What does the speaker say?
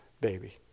baby